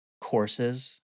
courses